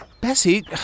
Bessie